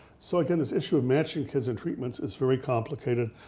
so again, this issue of matching kids and treatments is very complicated.